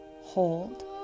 hold